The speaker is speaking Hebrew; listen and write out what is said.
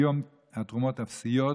היום התרומות אפסיות,